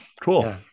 Cool